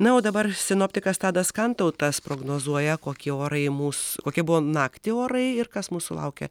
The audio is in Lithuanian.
na o dabar sinoptikas tadas kantautas prognozuoja kokie orai mūs kokie buvo naktį orai ir kas mūsų laukia